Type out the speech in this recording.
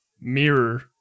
Mirror